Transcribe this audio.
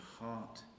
heart